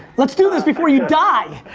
let's do this before you die.